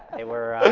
they were,